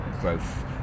growth